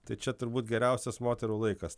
tai čia turbūt geriausias moterų laikas